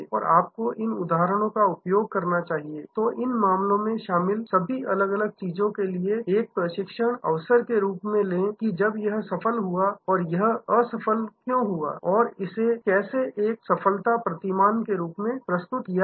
और आपको इन उदाहरणों का उपयोग करना चाहिए तो इन मामलों में शामिल सभी अलग अलग लोगों के लिए एक प्रशिक्षण अवसर के रूप में कि जब यह सफल हुआ यह असफल क्यों हुआ और इसे कैसे एक सफलता प्रतिमान के रूप में प्रस्तुत किया गया